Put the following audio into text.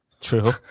True